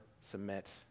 submit